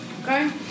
okay